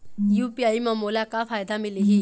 UPI म मोला का फायदा मिलही?